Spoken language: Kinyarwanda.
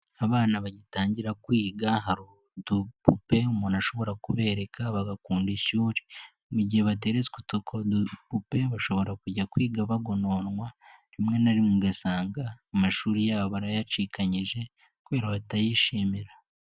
Abana bagitangira kwiga hari udupupe umuntu ashobora kubereka bagakunda ishuri, mu gihe bateretswe utwo dupupe bashobora kujya kwiga bagononwa, rimwe na rimwe ugasanga amashuri yabo barayacikanyije kubera batayishimira.